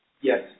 Yes